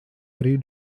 three